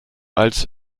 als